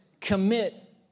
commit